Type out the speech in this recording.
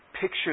picture